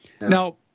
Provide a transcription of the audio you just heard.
Now